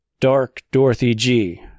DarkDorothyG